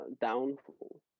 downfall